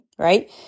right